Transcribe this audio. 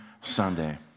Sunday